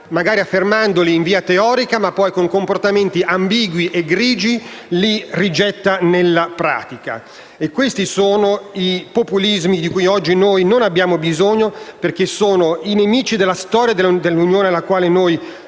magari affermandoli in via teorica ma poi, con comportamenti ambigui e grigi, rigettandoli nella pratica. Questi sono populismi di cui oggi non abbiamo bisogno perché sono nemici della storia dell'Unione, quella